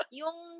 yung